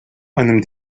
einem